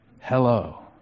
hello